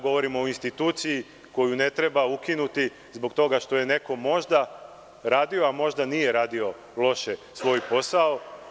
Govorim o instituciji koju ne treba ukinuti zbog toga što je neko možda radio, a možda i nije radio loše svoj posao.